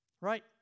right